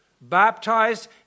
Baptized